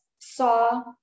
saw